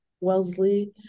Wellesley